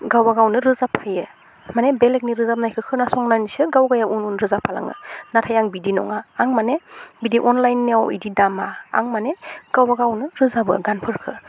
गावबा गावनो रोजाबफायो माने बेलेगनि रोजाबनायखौ खोनासंनानैसो गावबायाव उन उन रोजाबफालाङो नाथाय आं बिदि नङा आं माने बिदि अनलाइनियाव बिदि दामा आं माने गावबागावनो रोजाबो गानफोरखौ